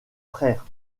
frères